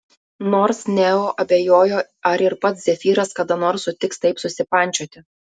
nors neo abejojo ar ir pats zefyras kada nors sutiks taip susipančioti